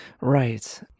Right